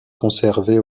conservée